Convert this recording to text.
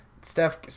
Steph